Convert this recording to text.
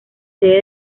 sede